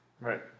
Right